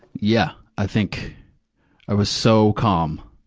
yeah. i think i was so calm,